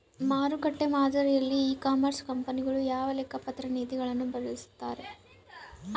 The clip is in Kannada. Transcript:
ಮಾರುಕಟ್ಟೆ ಮಾದರಿಯಲ್ಲಿ ಇ ಕಾಮರ್ಸ್ ಕಂಪನಿಗಳು ಯಾವ ಲೆಕ್ಕಪತ್ರ ನೇತಿಗಳನ್ನು ಬಳಸುತ್ತಾರೆ?